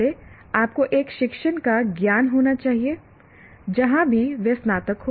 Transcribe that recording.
पहले आपको एक शिक्षण का ज्ञान होना चाहिए जहां भी वह स्नातक हो